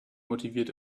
motiviert